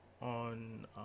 on